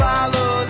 Follow